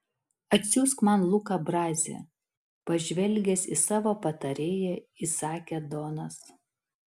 atsiųsk man luką brazį pažvelgęs į savo patarėją įsakė donas